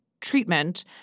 treatment